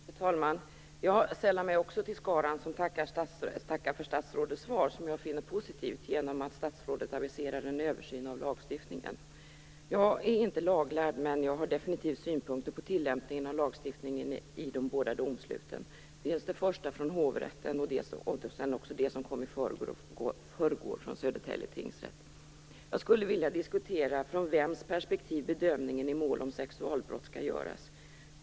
Fru talman! Jag sällar mig också till skaran som tackar för statsrådets svar, som jag finner positivt genom att statsrådet aviserar en översyn av lagstiftningen. Jag är inte laglärd, men jag har definitivt synpunkter på tillämpningen av lagstiftningen i de båda domsluten, dels det första från hovrätten, dels det andra som kom i förrgår från Södertälje tingsrätt. Jag skulle vilja diskutera från vems perspektiv som bedömningen i mål om sexualbrott skall göras.